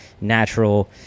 natural